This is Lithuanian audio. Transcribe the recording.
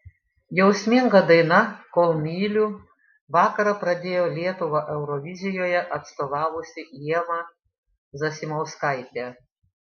jausminga daina kol myliu vakarą pradėjo lietuvą eurovizijoje atstovavusi ieva zasimauskaitė